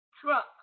truck